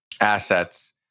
Assets